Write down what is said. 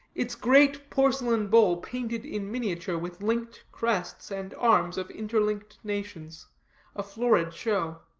its great porcelain bowl painted in miniature with linked crests and arms of interlinked nations a florid show.